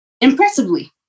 impressively